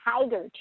tiger